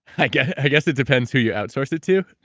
i guess i guess it depends who you outsource it to.